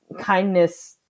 kindness